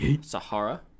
Sahara